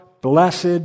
blessed